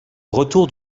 retour